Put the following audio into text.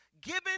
given